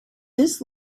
this